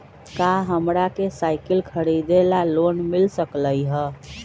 का हमरा के साईकिल खरीदे ला लोन मिल सकलई ह?